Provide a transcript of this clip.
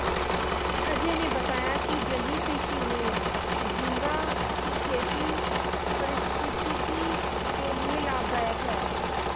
अजय ने बताया कि जलीय कृषि में झींगा की खेती पारिस्थितिकी के लिए लाभदायक है